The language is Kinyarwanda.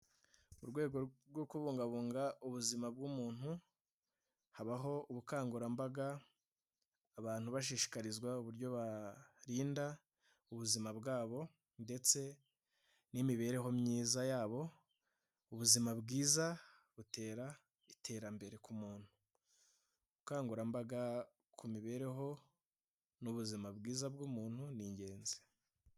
Mu rwego rwo kubungabunga ubuzima bw'umuntu, habaho ubukangurambaga abantu bashishikarizwa uburyo barinda ubuzima bwabo, ndetse n'imibereho myiza yabo, ubuzima bwiza butera iterambere ku muntu, ubukangurambaga ku mibereho n'ubuzima bwiza bw'umuntu ni ingenzi.